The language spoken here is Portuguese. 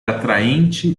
atraente